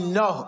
no